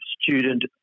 student